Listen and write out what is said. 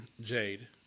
Jade